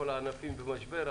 כשכל הענפים במשבר,